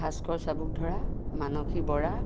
ভাস্কৰ চাবুক ধৰা মানসী বৰা